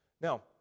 Now